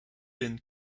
been